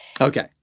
Okay